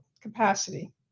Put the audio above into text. capacity